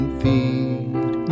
feed